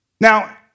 Now